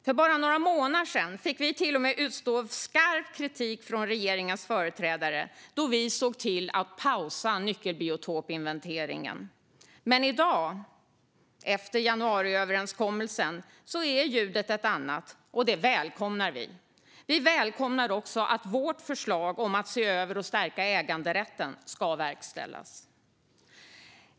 För bara några månader sedan fick vi till och med utstå skarp kritik från regeringens företrädare då vi såg till att pausa nyckelbiotopsinventeringen. I dag efter januariöverenskommelsen är tonen en annan, och det välkomnar vi. Vi välkomnar också att vårt förslag om att se över och stärka äganderätten ska verkställas.